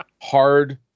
hard